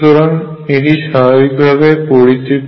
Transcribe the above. সুতরাং এটি স্বাভাবিকভাবে পরিতৃপ্ত